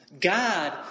God